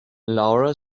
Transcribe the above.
laura